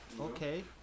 Okay